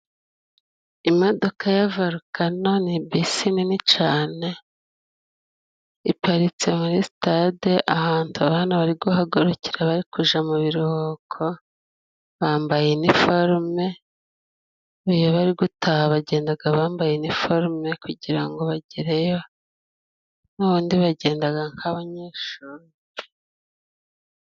Imodoka ya volukano ni bisi nini cane. Iparitse muri sitade ahantu abana bari guhagurukira bari kuja mu biruhuko. Bambaye iniforume, n'iyo bari gutaha bagendaga bambaye iniforume kugirango bagereyo. N'ubundi bagendaga nk'abanyeshuri.